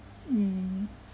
mm